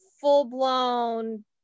full-blown